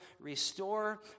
restore